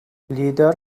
lider